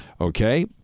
Okay